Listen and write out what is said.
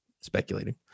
speculating